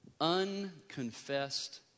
unconfessed